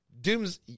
Doom's